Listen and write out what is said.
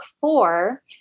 four